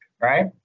right